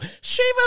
Shiva